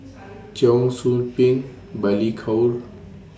Cheong Soo Pieng Balli Kaur